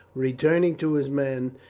returning to his men,